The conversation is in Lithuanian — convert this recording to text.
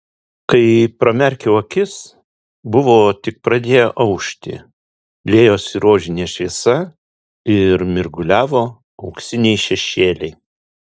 kai pramerkiau akis buvo tik pradėję aušti liejosi rožinė šviesa ir mirguliavo auksiniai šešėliai